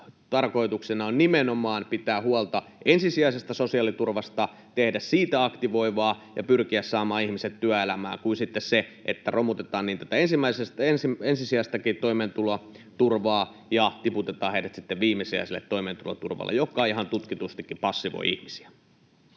tarkoituksena on nimenomaan pitää huolta ensisijaisesta sosiaaliturvasta, tehdä siitä aktivoivaa ja pyrkiä saamaan ihmiset työelämään, kun romutetaan ensisijaistakin toimeentuloturvaa ja tiputetaan ihmiset sitten viimesijaiselle toimeentuloturvalle, joka ihan tutkitustikin passivoi heitä.